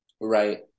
right